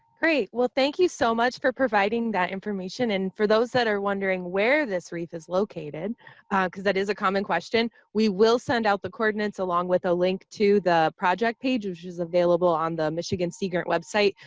great. well, thank you so much for providing that information and for those that are wondering where this reef is located cause that is a common question. we will send out the coordinates along with a link to the project page, which is available on the michigan sea grant website,